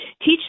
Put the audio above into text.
teach